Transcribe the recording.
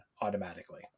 automatically